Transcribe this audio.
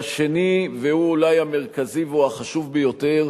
והשנייה, והיא אולי המרכזית והחשובה ביותר,